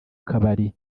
kabari